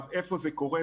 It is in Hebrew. איפה זה קורה?